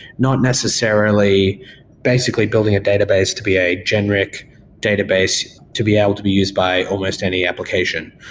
not necessarily basically building a database to be a generic database to be able to be used by almost any application.